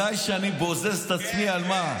עליי, שאני בוזז את עצמי, על מה?